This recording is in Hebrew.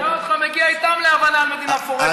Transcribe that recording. נראה אותך מגיע איתם להבנה על מדינה מפורזת,